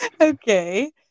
Okay